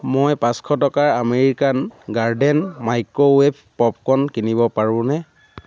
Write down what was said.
মই পাঁচশ টকাৰ আমেৰিকান গাৰ্ডেন মাইক্ৰ'ৱেভ পপকৰ্ণ কিনিব পাৰোঁনে